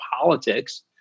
politics